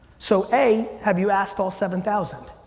so a, have you asked all seven thousand?